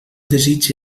desig